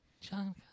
John